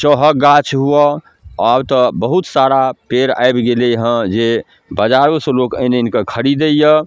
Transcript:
चहके गाछ हुअऽ आब तऽ बहुत सारा पेड़ आबि गेलै हँ जे बजारोसँ लोक आनि आनिके खरिदैए